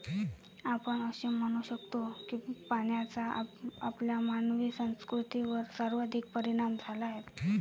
आपण असे म्हणू शकतो की पाण्याचा आपल्या मानवी संस्कृतीवर सर्वाधिक परिणाम झाला आहे